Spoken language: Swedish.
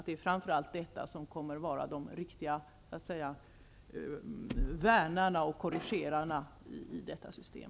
Det är framför allt dessa faktorer som kommer att vara så att säga de riktiga värnarna och korrigerarna i detta system.